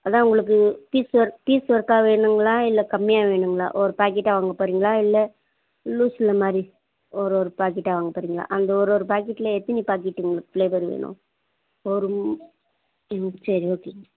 அதுதான் உங்களுக்கு piece work piece ஒர்க்காக வேணுங்களா இல்லை கம்மியாக வேணுங்களா ஒரு பாக்கெட்டாக வாங்க போறிங்களா இல்லை லூஸில் மாதிரி ஒரு ஒரு பாக்கெட்டாக வாங்க போறிங்களா அந்த ஒரு ஒரு பாக்கெட்டில் எத்தினி பாக்கெட்டு ஃப்ளேவர் வேணும் ஒரு ம் சரி ஓகேங்க